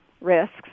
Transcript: risks